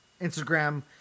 Instagram